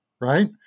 Right